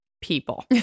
people